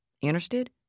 Interested